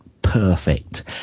perfect